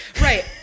Right